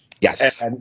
Yes